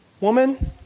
Woman